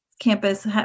campus